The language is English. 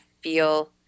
feel –